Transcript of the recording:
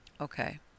Okay